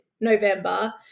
November